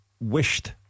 wished